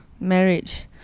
Marriage